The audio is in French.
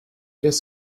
qu’est